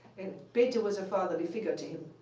bethe was a fatherly figure to him.